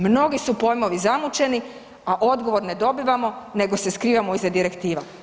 Mnogi su pojmovi zamućeni, a odgovor ne dobivamo nego se skrivamo iza direktiva.